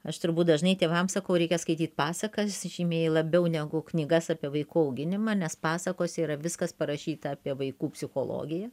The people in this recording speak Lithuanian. aš turbūt dažnai tėvam sakau reikia skaityt pasakas žymiai labiau negu knygas apie vaikų auginimą nes pasakose yra viskas parašyta apie vaikų psichologiją